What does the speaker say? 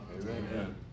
Amen